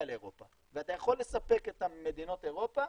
לאירופה ואתה יכול לספק את מדינות אירופה,